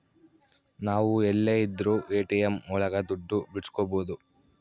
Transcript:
ನಾವ್ ಎಲ್ಲೆ ಇದ್ರೂ ಎ.ಟಿ.ಎಂ ಒಳಗ ದುಡ್ಡು ಬಿಡ್ಸ್ಕೊಬೋದು